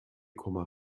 komma